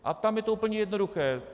A tam je to úplně jednoduché.